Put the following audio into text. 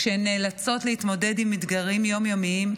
כשהן נאלצות להתמודד עם אתגרים יום-יומיים,